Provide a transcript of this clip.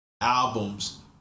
albums